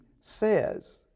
says